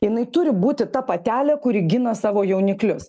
jinai turi būti ta patelė kuri gina savo jauniklius